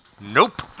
Nope